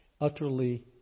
Utterly